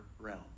realm